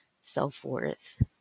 self-worth